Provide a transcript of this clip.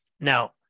Now